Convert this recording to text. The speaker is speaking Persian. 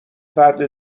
فرد